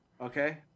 Okay